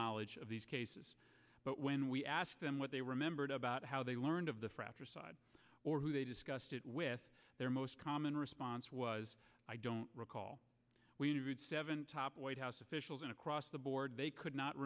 knowledge of these cases but when we asked them what they remembered about how they learned of the fratricide or who they discussed it with their most common response was i don't recall seven top white house officials an across the board they could not